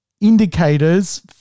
indicators